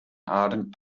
ardent